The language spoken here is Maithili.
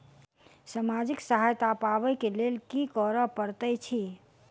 सामाजिक सहायता पाबै केँ लेल की करऽ पड़तै छी?